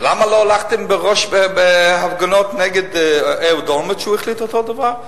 למה לא הלכתם בראש ההפגנות נגד אהוד אולמרט כשהוא החליט אותו דבר?